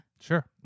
Sure